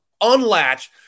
unlatch